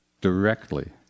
directly